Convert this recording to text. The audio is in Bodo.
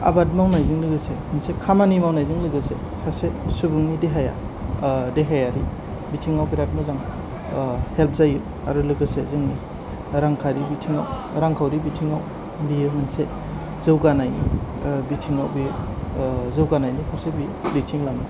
आबाद मावनायजों लोगोसे मोनसे खामानि मावनायजों लोगोसे सासे सुबुंनि देहाया देहायारि बिथिंआव बिराथ मोजां हेल्प जायो आरो बेजों लोगोसे जों रांखावरि बिथिंआव रांखावरि बिथिंआव बियो मोनसे जौगानायनि बिथिङाव बे जौगानायनि फारसे बियो दैथिंलाङो